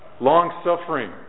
long-suffering